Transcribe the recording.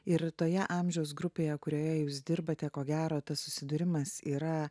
ir toje amžiaus grupėje kurioje jūs dirbate ko gero tas susidūrimas yra